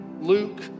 Luke